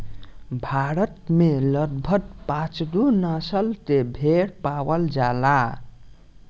भारत में लगभग पाँचगो नसल के भेड़ पावल जाला